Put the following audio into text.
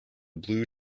blue